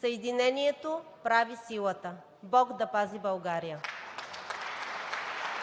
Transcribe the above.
„Съединението прави силата“. Бог да пази България!